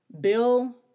Bill